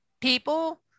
people